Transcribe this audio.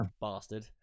bastard